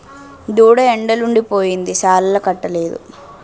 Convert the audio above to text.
దూడ ఎండలుండి పోయింది సాలాలకట్టలేదు